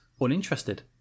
uninterested